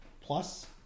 plus